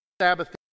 Sabbath